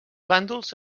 bàndols